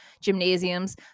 gymnasiums